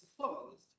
closed